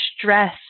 stress